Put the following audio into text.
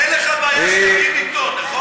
אין לך בעיה שנקים עיתון, נכון?